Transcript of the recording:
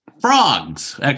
frogs